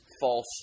false